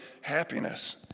happiness